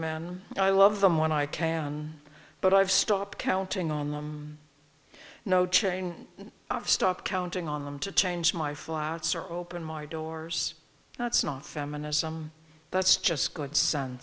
man i love them when i can but i've stopped counting on them no chain i've stopped counting on them to change my flouts or open market doors that's not feminism that's just good s